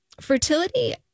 fertility